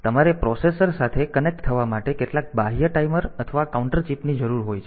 તેથી તમારે પ્રોસેસર સાથે કનેક્ટ થવા માટે કેટલાક બાહ્ય ટાઈમર અથવા કાઉન્ટર ચિપની જરૂર હોય છે